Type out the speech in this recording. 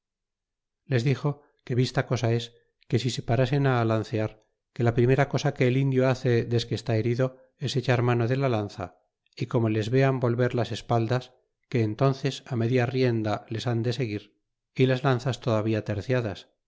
les dixo que vista cosa es que si se parasen á alancear que la primera cosa que el indio hace desque está herido es echar mano de la lanza y como les vean volver las espaldas que entnces á media rienda les han de seguir y las lanzas todavía terciadas